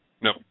No